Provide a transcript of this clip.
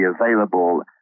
available